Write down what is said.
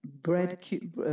Bread